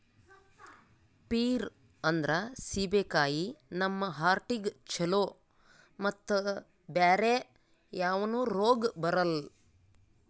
peer ಅಂದ್ರ ಸೀಬೆಕಾಯಿ ನಮ್ ಹಾರ್ಟಿಗ್ ಛಲೋ ಮತ್ತ್ ಬ್ಯಾರೆ ಯಾವನು ರೋಗ್ ಬರಲ್ಲ್